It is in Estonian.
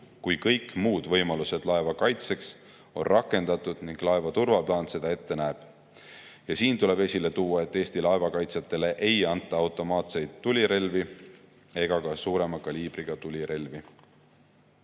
kui kõik muud võimalused laeva kaitseks on rakendatud ning laeva turvaplaan seda ette näeb. Ja siin tuleb esile tuua, et Eesti laevakaitsjatele ei anta automaatseid tulirelvi ega ka suurema kaliibriga tulirelvi. Senine